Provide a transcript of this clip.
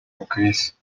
increase